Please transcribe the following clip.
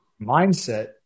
Mindset